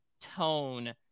tone